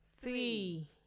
three